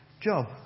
job